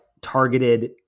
targeted